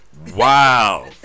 Wow